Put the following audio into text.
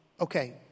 Okay